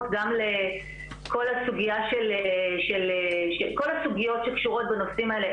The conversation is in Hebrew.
גם לכל הסוגיות שקשורות בנושאים האלה,